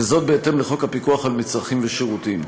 בהתאם לחוק הפיקוח על מצרכים ושירותים.